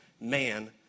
man